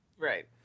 Right